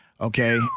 okay